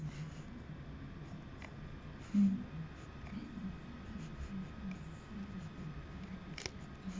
mm